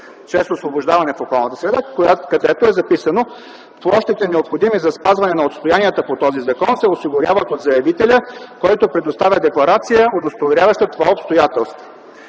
чрез освобождаване в околната среда, където е записано: „Площите, необходими за спазване на отстоянията по този закон, се осигуряват от заявителя, който предоставя декларация, удостоверяваща това обстоятелство.”